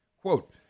Quote